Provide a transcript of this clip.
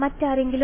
മറ്റാരെങ്കിലും